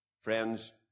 friends